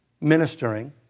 ministering